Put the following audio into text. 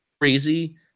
crazy